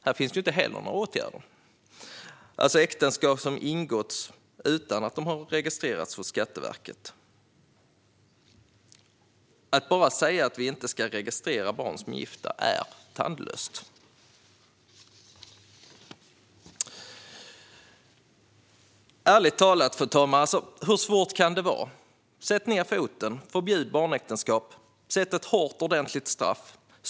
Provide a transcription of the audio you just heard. Här finns det inte heller några åtgärder. Det handlar om äktenskap som har ingåtts utan att registreras hos Skatteverket. Att bara säga att vi inte ska registrera barn som gifta är tandlöst. Ärligt talat, fru talman: Hur svårt kan det vara? Sätt ned foten, förbjud barnäktenskap, sätt ett hårt och ordentligt straff!